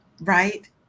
right